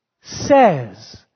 says